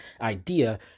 idea